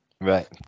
Right